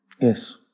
Yes